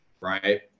right